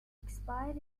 expire